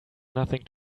nothing